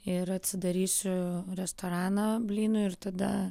ir atsidarysiu restoraną blynų ir tada